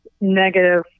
negative